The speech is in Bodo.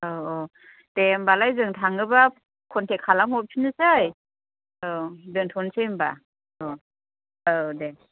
अ अ दे होम्बालाय जों थाङोबा कन्टेक्त खालामहरफिननोसै औ दोन्थ'नोसै होम्बा अ औ दे